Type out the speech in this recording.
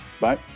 Bye